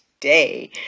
today